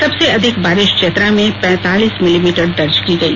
सबसे अधिक बारिश चतरा में पैतालीस मिलीमीटर दर्ज की गयी